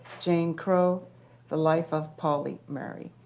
jane crow the life of pauli murray.